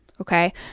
okay